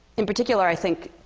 in particular i think,